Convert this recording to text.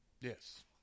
Yes